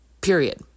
period